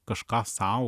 kažką sau